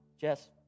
Jess